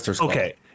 Okay